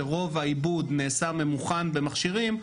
שרוב העיבוד נעשה ממוכן במכשירים,